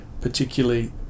particularly